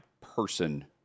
person